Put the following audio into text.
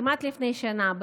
כמעט לפני שנה,